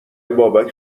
بابک